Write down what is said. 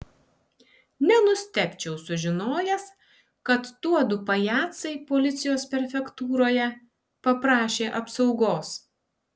nenustebčiau sužinojęs kad tuodu pajacai policijos prefektūroje paprašė apsaugos